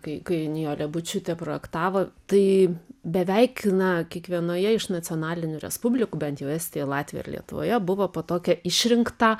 kai kai nijolė bučiūtė projektavo tai beveik na kiekvienoje iš nacionalinių respublikų bent jau estijoj latvijoj ir lietuvoje buvo po tokia išrinktą